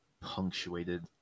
punctuated